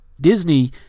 Disney